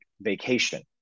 vacation